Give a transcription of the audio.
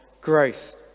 growth